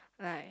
like